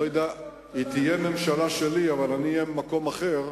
היא תהיה הממשלה שלי אבל אני אהיה במקום אחר,